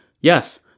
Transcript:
Yes